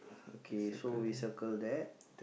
okay so we circle that